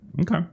okay